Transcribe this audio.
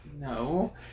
No